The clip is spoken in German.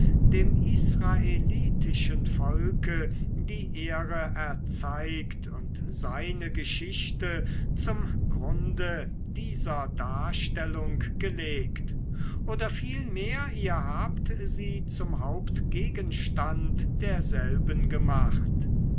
dem israelitischen volke die ehre erzeigt und seine geschichte zum grunde dieser darstellung gelegt oder vielmehr ihr habt sie zum hauptgegenstande derselben gemacht